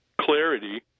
clarity